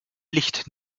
licht